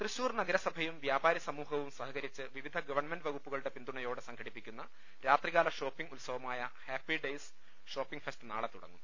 തൃശൂർ നഗരസഭയും വ്യാപാരി സമൂഹവും സഹകരിച്ച് വിവിധ ഗവൺമെന്റ് വകുപ്പുകളുടെ പിന്തുണയോടെ സംഘടി പ്പിക്കുന്ന രാത്രികാല ഷോപ്പിങ് ഉത്സവമായ ഹാപ്പി ഡെയ്സ് ഷോപ്പിങ് ഫെസ്റ്റ് നാളെ തുടങ്ങും